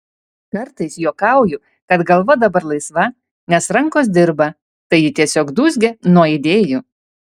kartais juokauju kad galva dabar laisva nes rankos dirba tai ji tiesiog dūzgia nuo idėjų